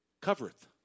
covereth